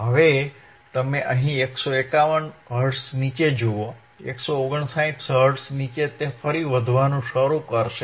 હવે તમે અહીં 151 હર્ટ્ઝ નીચે જુઓ 159 હર્ટ્ઝ નીચે તે ફરી વધવાનું શરૂ કરશે